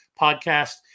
podcast